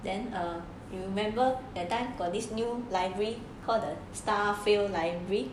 then err you remember that time got this new library called the star field library